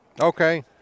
Okay